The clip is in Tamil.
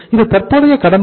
இது தற்போதைய கடன்கள்